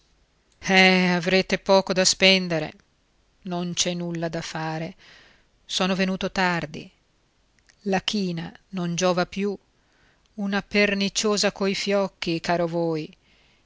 eh avrete poco da spendere non c'è nulla da fare sono venuto tardi la china non giova più una perniciosa coi fiocchi caro voi